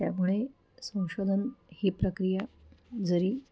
त्यामुळे संशोधन ही प्रक्रिया जरी